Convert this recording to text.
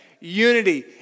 unity